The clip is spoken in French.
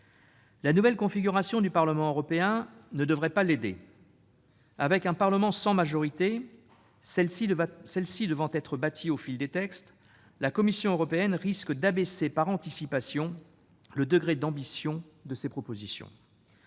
La nouvelle configuration du Parlement européen ne devrait pas l'aider. Avec un Parlement sans majorité, celle-ci devant être bâtie au fil des textes, la Commission européenne risque d'abaisser par anticipation le degré d'ambition de ses propositions.